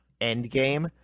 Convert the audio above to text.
endgame